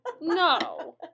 No